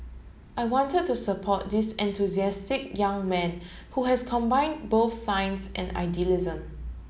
I wanted to support this enthusiastic young man who has combined both science and idealism